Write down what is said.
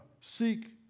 seek